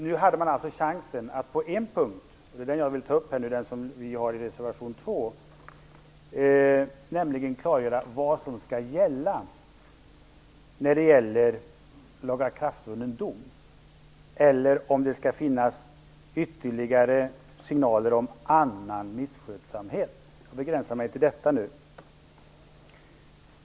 Nu hade man alltså chansen att på en punkt - det är den jag vill ta upp och det är den som vår reservation 2 omfattar - klargöra vad som skall gälla beträffande lagakraftvunnen dom. Skall det finnas ytterligare signaler om annan misskötsamhet? Jag begränsar mig till detta nu.